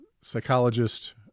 psychologist